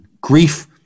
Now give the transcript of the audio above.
grief